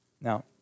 Now